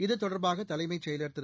இது தொடர்பாக தலைமச் செயலர் திரு